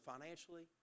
financially